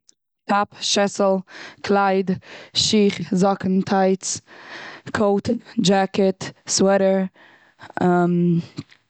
טאפ, שעסל, קלייד, שיך, זאקן, טייץ, דשעקעט, סוועטער...